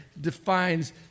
defines